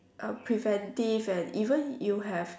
uh preventive and even you have